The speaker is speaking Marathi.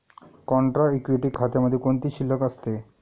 कॉन्ट्रा इक्विटी खात्यामध्ये कोणती शिल्लक असते?